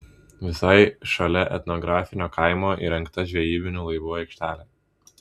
visai šalia etnografinio kaimo įrengta žvejybinių laivų aikštelė